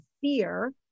fear